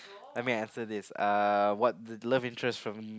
I mean after this uh what love interest from